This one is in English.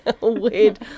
weird